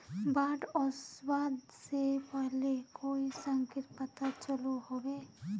बाढ़ ओसबा से पहले कोई संकेत पता चलो होबे?